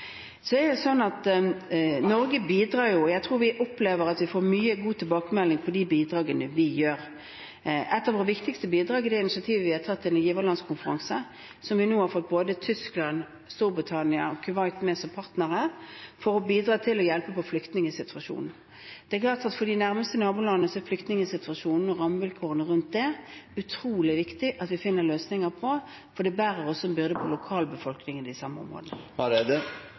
Så er det sånn at Norge bidrar jo. Vi opplever at vi får mange gode tilbakemeldinger på de bidragene vi gir. Et av våre viktigste bidrag er det initiativet vi har tatt til en giverlandskonferanse, der vi nå har fått med både Tyskland, Storbritannia og Kuwait som partnere, for å bidra til å hjelpe på flyktningsituasjonen. Det er klart at for de nærmeste nabolandene er det utrolig viktig at vi finner løsninger på flyktningsituasjonen og rammevilkårene rundt, for lokalbefolkningen i de samme områdene bærer også en byrde. Eg takkar for svaret. Statsministeren seier at det